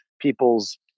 people's